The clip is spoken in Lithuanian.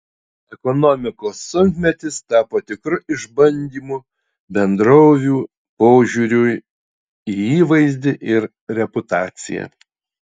ekonomikos sunkmetis tapo tikru išbandymu bendrovių požiūriui į įvaizdį ir reputaciją